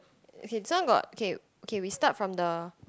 okay this one got okay okay we start from the